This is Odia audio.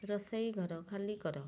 ରୋଷେଇ ଘର ଖାଲି କର